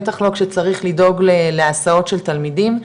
בטח לא כשצריך לדאוג להסעות של תלמידים,